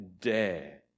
dare